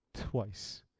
twice